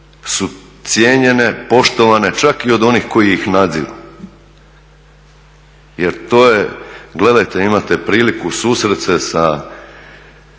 su cijenjene, poštovane čak i od onih koji ih nadziru. Jer to je gledajte imati priliku susrest se